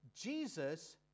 Jesus